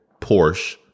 Porsche